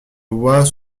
voit